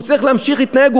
הוא צריך להמשיך להתנהג.